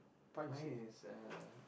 mine is uh